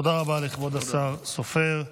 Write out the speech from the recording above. תודה רבה לכבוד השר סופר.